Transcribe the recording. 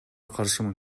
каршымын